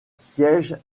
siège